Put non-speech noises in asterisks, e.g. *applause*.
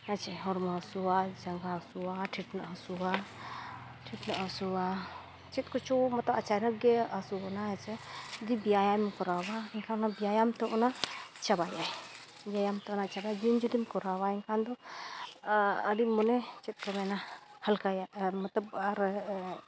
ᱦᱮᱸᱪᱮ ᱦᱚᱲᱢᱚ ᱦᱟᱹᱥᱩᱣᱟ ᱡᱟᱸᱜᱟ ᱦᱟᱹᱥᱩᱣᱟ ᱴᱷᱤᱴᱱᱟᱹᱜ ᱦᱟᱹᱥᱩᱣᱟ ᱴᱷᱤᱴᱱᱟᱹᱜ ᱦᱟᱹᱥᱩᱣᱟ ᱪᱮᱛ ᱠᱚᱪᱚ *unintelligible* ᱦᱟᱹᱥᱩ ᱵᱚᱱᱟ ᱡᱩᱫᱤ ᱵᱮᱭᱟᱢᱮᱢ ᱠᱚᱨᱟᱣᱟ ᱮᱱᱠᱷᱟᱱ ᱵᱮᱭᱟᱢᱛᱮ ᱚᱱᱟ ᱪᱟᱵᱟᱭᱟᱭ ᱵᱮᱭᱟᱢᱛᱮ ᱚᱱᱟ ᱪᱟᱵᱟᱭᱟ ᱫᱤᱱ ᱡᱩᱫᱤᱢ ᱠᱚᱨᱟᱣᱟ ᱮᱱᱠᱷᱟᱱ ᱫᱚ ᱟᱹᱰᱤ ᱢᱚᱱᱮ ᱪᱮᱫ ᱠᱚ ᱢᱮᱱᱟ ᱦᱟᱞᱠᱟᱭᱟᱭ ᱟᱨ ᱢᱚᱛᱞᱚᱵᱽ ᱟᱨ